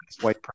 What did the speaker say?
white